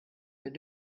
wenn